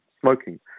smoking